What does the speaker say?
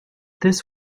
this